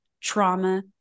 trauma